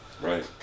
Right